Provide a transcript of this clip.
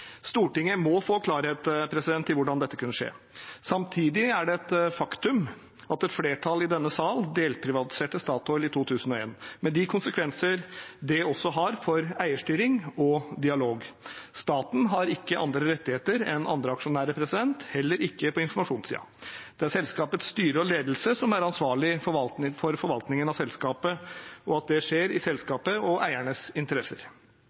Stortinget må få klarhet i hvordan dette kunne skje. Samtidig er det et faktum at et flertall i denne sal delprivatiserte Statoil i 2001, med de konsekvenser det også har for eierstyring og dialog. Staten har ikke andre rettigheter enn andre aksjonærer, heller ikke på informasjonssiden. Det er selskapets styre og ledelse som er ansvarlig for forvaltningen av selskapet, og at det skjer i selskapets og eiernes interesser.